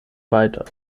weiter